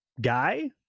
guy